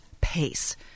pace